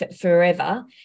forever